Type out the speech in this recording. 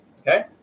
okay